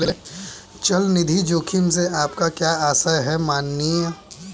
चल निधि जोखिम से आपका क्या आशय है, माननीय?